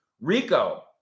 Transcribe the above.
Rico